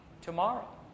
tomorrow